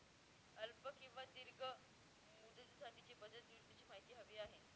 अल्प किंवा दीर्घ मुदतीसाठीच्या बचत योजनेची माहिती हवी आहे